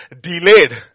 delayed